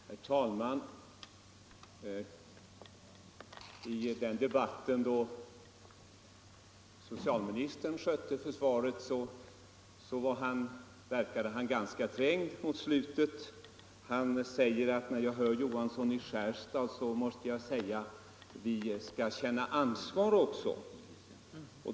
Fru talman! I den debatt där socialministern själv skötte försvaret verkade han ganska trängd mot slutet. Han sade: När jag hör Johansson i Skärstad måste jag säga att vi skall känna ansvar också.